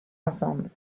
ensemble